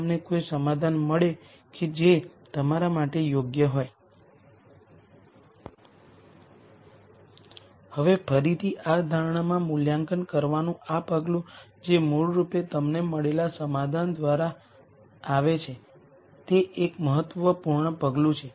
અમે એ પણ જોયું કે સિમેટ્રિક મેટ્રિક્સમાં n linearly independent eigen vectors હોય છે